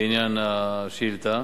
בעניין השאילתא.